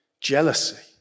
jealousy